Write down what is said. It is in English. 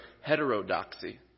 heterodoxy